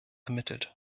ermittelt